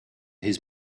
his